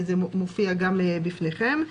זה מופיע גם בפניכם.